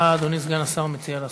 מה אדוני סגן השר מציע?